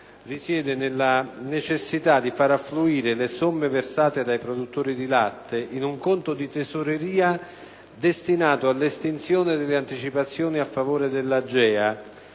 si intende far affluire le somme versate dai produttori di latte in un conto di tesoreria destinato all'estinzione delle anticipazioni a favore dell'Agenzia